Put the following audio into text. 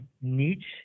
niche